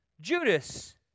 Judas